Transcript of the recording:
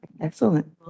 excellent